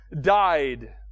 died